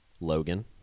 Logan